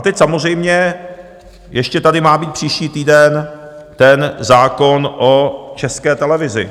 Teď samozřejmě ještě tady má být příští týden ten zákon o České televizi.